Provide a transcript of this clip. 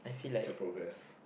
it's a progress